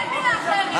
אין מילה אחרת.